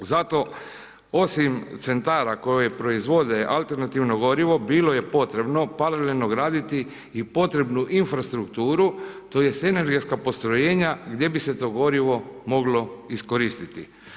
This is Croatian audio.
Zato osim centara koji proizvode alternativno gorivo, bilo je potrebno ... graditi i potrebnu infrastrukturu tj. energetska postrojenja gdje bi se to gorivo moglo iskoristiti.